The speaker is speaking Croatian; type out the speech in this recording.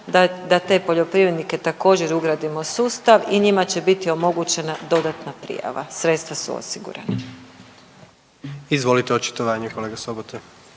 da te poljoprivrednike također ugradimo u sustav i njima će biti omogućena dodatna prijava. Sredstva su osigurana. **Jandroković, Gordan